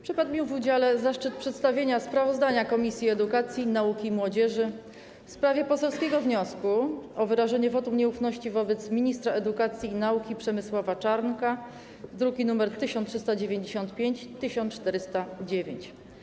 Przypadł mi w udziale zaszczyt przedstawienia sprawozdania Komisji Edukacji, Nauki i Młodzieży w sprawie poselskiego wniosku o wyrażenie wotum nieufności wobec ministra edukacji i nauki Przemysława Czarnka, druki nr 1395 i 1409.